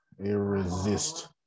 Irresist